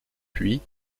puis